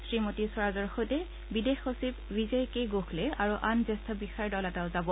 শ্ৰীমতী স্বৰাজৰ সৈতে বিদেশ সচিব ৱিজয় কে গোখলে আৰু আন জ্যেষ্ঠ বিষয়াৰ এটা দলো যাব